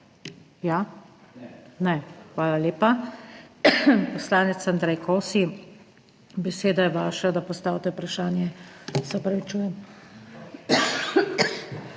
Ne. Hvala lepa. Poslanec Andrej Kosi, beseda je vaša, da postavite vprašanje. / kašljanje/